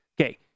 Okay